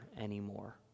anymore